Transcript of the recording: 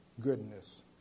goodness